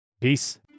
Peace